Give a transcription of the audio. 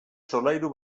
solairu